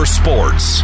sports